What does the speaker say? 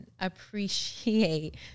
appreciate